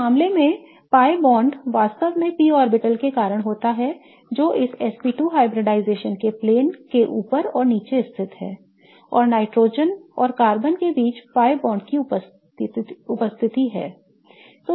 इस मामले में pi बॉन्ड वास्तव में p ऑर्बिटल के कारण होता है जो इस sp2 hybridization के प्लेन के ऊपर और नीचे स्थित है और नाइट्रोजन और कार्बन के बीच pi बॉन्ड की उपस्थिति है